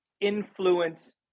influence